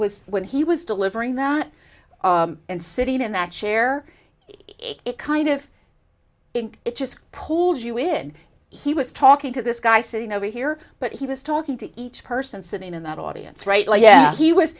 was when he was delivering that and sitting in that chair it kind of it just pulls you in he was talking to this guy sitting over here but he was talking to each person sitting in that audience right like yeah he was